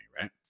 right